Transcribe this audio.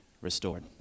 restored